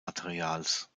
materials